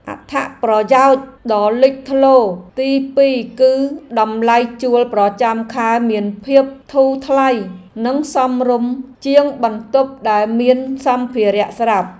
អត្ថប្រយោជន៍ដ៏លេចធ្លោទីពីរគឺតម្លៃជួលប្រចាំខែមានភាពធូរថ្លៃនិងសមរម្យជាងបន្ទប់ដែលមានសម្ភារៈស្រាប់។